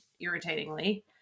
irritatingly